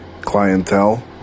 clientele